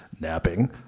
Napping